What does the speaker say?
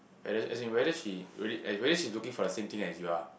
as as in whether she really whether she is looking for the same thing as you are